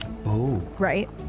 Right